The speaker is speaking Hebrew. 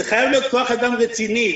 זה חייב להיות כוח אדם רציני,